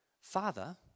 Father